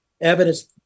evidence